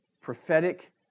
prophetic